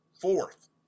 fourth